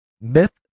myth